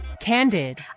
Candid